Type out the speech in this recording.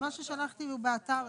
מה ששלחתי הוא באתר,